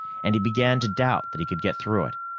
and he began to doubt that he could get through it.